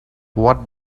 what